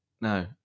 No